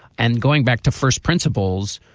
and going back to first principles,